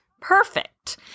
Perfect